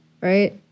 Right